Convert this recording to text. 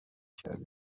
کردی